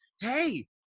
hey